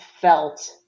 felt